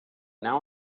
now